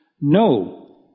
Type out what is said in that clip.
No